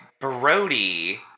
Brody